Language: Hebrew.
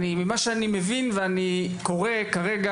ממה שאני מבין ואני קורא כרגע,